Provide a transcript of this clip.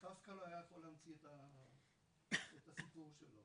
קפקא לא היה יכול המציא את הסיפור שלו.